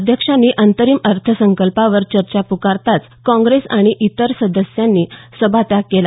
अध्यक्षांनी अंतरिम अर्थसंकल्पावर चर्चा पुकारताच काँग्रेस आणि इतर सदस्यांनी सभात्याग केला